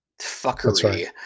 fuckery